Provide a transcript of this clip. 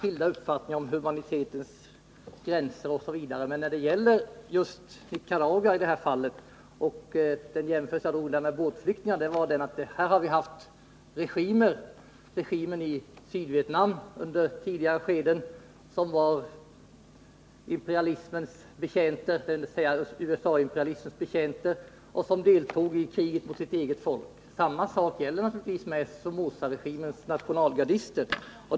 Herr talman! Jag tror inte att vi har några skilda uppfattningar om t.ex. humanitetens gränser. Men här gäller det just Nicaragua. Beträffande hjälpen till båtflyktningarna rör det sig om den tidigare regimen i Sydvietnam som var USA-imperialismens betjänt och som deltog i kriget mot sitt eget folk. Samma sak gäller naturligtvis Somozaregimens nationalgardister.